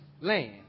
land